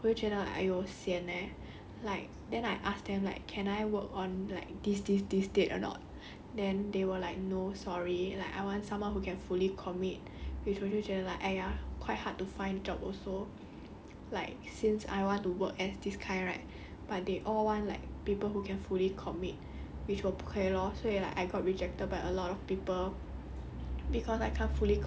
people actually wanted someone that can commit for like the whole week 我就觉得 !aiyo! sian leh like then I ask them like can I work on like this this this date or not then they were like no sorry like I want someone who can fully commit which 我就觉得 like !aiya! quite hard to find job also like since I want to work as this kind right but they all want like people who can fully commit which 我不可以 lor 所以